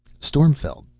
stormfield,